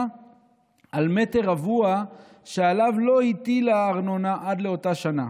על מטר רבוע שעליו לא הטילה ארנונה עד לאותה שנה.